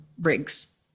rigs